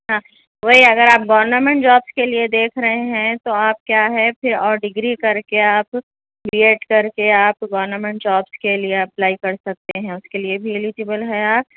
وہی اگر آپ گورنمنٹ جابس کے لیے دیکھ رہے ہیں تو آپ کیا ہے پھر اور ڈگری کر کے آپ بی ایڈ کر کے آپ گورنمنٹ جابس کے لیے اپلائی کر سکتے ہیں اس کے لیے بھی الیجبل ہیں آپ